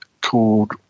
called